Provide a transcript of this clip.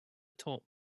top